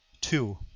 Two